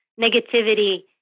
negativity